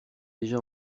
déjà